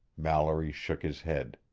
mallory shook his head.